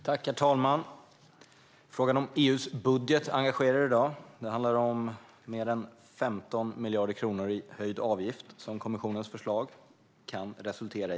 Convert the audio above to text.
Herr talman! Frågan om EU:s budget engagerar. Det handlar om mer än 15 miljarder kronor i höjd avgift om kommissionens förslag blir verklighet.